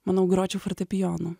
manau gročiau fortepijonu